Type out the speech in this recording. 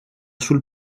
sul